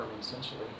essentially